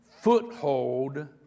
foothold